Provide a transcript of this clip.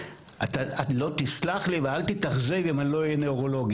אתה לא תסלח לי ואל תתאכזב אם אני לא אהיה נוירולוגית,